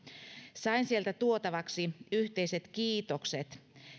sain sieltä tuotavaksi yhteiset kiitokset